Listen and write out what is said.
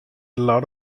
lot